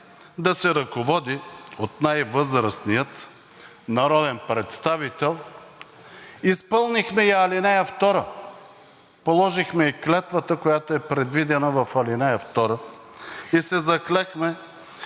да се ръководи от най-възрастния народен представител. Изпълнихме и ал. 2 – положихме клетвата, която е предвидена в ал. 2, и се заклехме